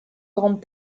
grande